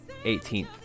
18th